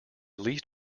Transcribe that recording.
least